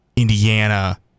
Indiana